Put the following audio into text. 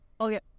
Okay